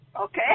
Okay